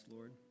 Lord